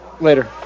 Later